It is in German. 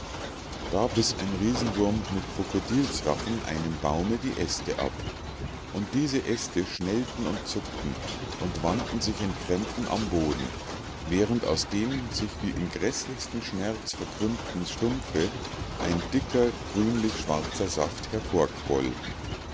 da biß ein riesenwurm mit krokodilsrachen einem baume die äste ab und diese äste schnellten und zuckten und wanden sich in krämpfen am boden während aus dem sich wie im gräßlichsten schmerz verkrümmenden stumpfe ein dicker grünlichschwarzer saft